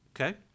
okay